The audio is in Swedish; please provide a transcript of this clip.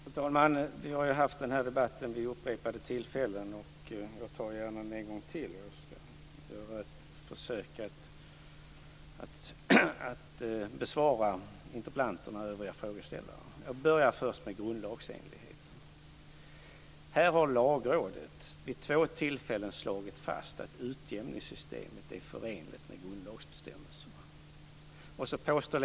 Fru talman! Vi har haft den här debatten vid upprepade tillfällen, och jag tar den gärna en gång till. Jag ska göra ett försök att bemöta interpellanten och övriga frågeställare. Jag börjar med grundlagsenligheten. Här har Lagrådet vid två tillfällen slagit fast att utjämningssystemet är förenligt med grundlagsbestämmelserna.